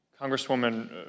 Congresswoman